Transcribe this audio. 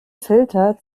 filter